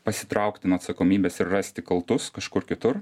pasitraukti nuo atsakomybės ir rasti kaltus kažkur kitur